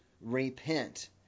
repent